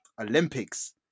Olympics